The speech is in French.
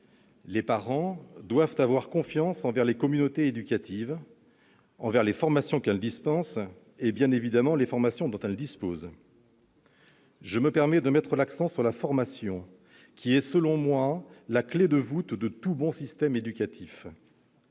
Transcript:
Les parents doivent avoir confiance dans les communautés éducatives, dans les formations qu'elles dispensent et, bien sûr, dans les formations dont elles disposent. Je me permets de mettre l'accent sur la formation qui est, selon moi, la clef de voûte de tout bon système éducatif.